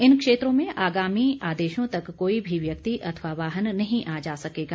इन क्षेत्रों में आगामी आदेशों तक कोई भी व्यक्ति अथवा वाहन नहीं आ जा सकेगा